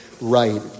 right